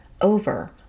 over